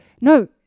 no